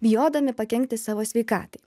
bijodami pakenkti savo sveikatai